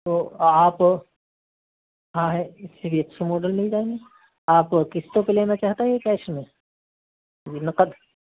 تو آپ ہاں ہے اس سے بھی اچھے ماڈل مل جائیں گے آپ قسطوں پہ لینا چاہتے ہیں یا کیش میں جی نقد